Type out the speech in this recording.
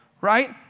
right